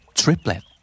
Triplet